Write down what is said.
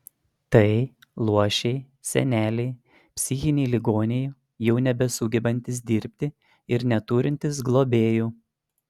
tai luošiai seneliai psichiniai ligoniai jau nebesugebantys dirbti ir neturintys globėjų